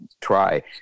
try